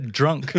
drunk